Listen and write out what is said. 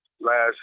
last